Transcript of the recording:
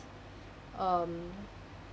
um